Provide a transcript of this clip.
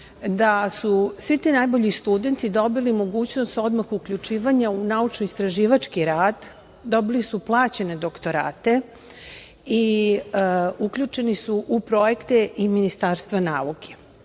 da su svi ti najbolji studenti dobili mogućnost odmah uključivanja u naučno-istraživački rad, dobili su plaćene doktorate i uključeni su u projekte i Ministarstva nauke.